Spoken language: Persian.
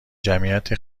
جمعیت